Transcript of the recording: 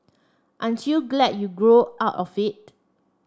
aren't you glad you grew out of it